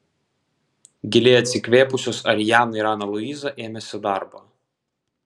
giliai atsikvėpusios ariana ir ana luiza ėmėsi darbo